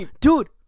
dude